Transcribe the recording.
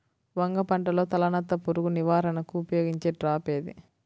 వంగ పంటలో తలనత్త పురుగు నివారణకు ఉపయోగించే ట్రాప్ ఏది?